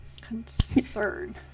Concern